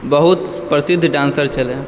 बहुत प्रसिद्ध डान्सर छलह